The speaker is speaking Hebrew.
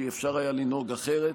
כי אפשר היה לנהוג אחרת